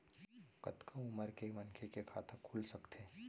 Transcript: कतका उमर के मनखे के खाता खुल सकथे?